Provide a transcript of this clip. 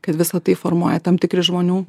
kad visa tai formuoja tam tikri žmonių